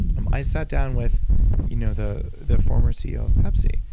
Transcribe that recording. um i sat down with you know the the former ceo of pepsi.